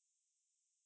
அதா எனக்கு:athaa enakku